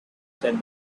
said